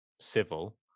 civil